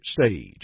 stage